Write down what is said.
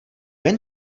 jen